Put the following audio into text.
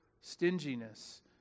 stinginess